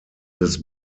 des